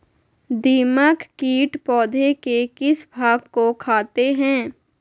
दीमक किट पौधे के किस भाग को खाते हैं?